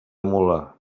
mula